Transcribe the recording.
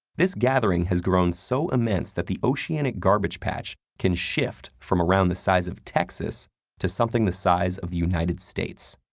this gathering has grown so immense that the oceanic garbage patch can shift from around the size of texas to something the size of the united states.